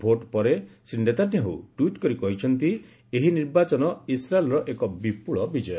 vote ପରେ ଶୀ Netanyahu tweet କରି କହିଛନ୍ତି ଏହି ନିର୍ବାଚନ ଇସ୍ରାଏଲର ଏକ ବିପୁଳ ବିଜୟ